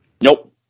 Nope